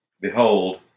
behold